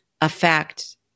affect